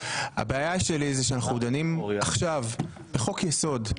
הבעיה שלי היא שאנחנו דנים עכשיו בחוק יסוד,